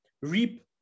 reap